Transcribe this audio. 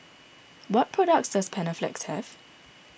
what products does Panaflex have